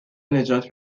نجات